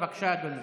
בבקשה, אדוני.